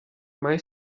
mai